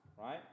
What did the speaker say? right